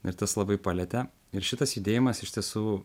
ir tas labai palietė ir šitas judėjimas iš tiesų